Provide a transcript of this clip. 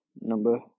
Number